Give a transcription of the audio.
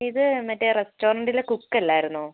ഇത് മറ്റേ റെസ്റ്റോറൻറിലെ കുക്ക് അല്ലായിരുന്നോ